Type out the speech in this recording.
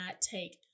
take